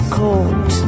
cold